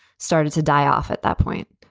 started to die off at that point.